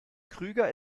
krüger